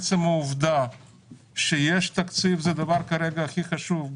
עצם שיש תקציב זה כרגע הדבר הכי חשוב.